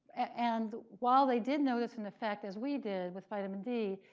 and while they did notice an effect as we did with vitamin d,